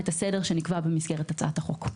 ואת הסדר שנקבע במסגרת הצעת החוק.